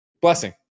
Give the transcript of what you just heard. Blessing